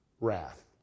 wrath